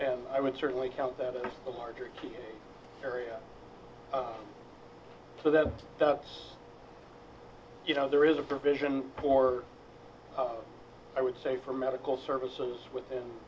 and i would certainly count that as a larger area so that you know there is a provision for i would say for medical services within